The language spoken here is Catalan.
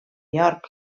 york